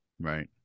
Right